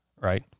Right